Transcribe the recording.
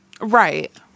right